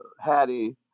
hattie